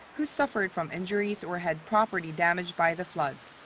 who suffered from injuries or had property damaged by the floods.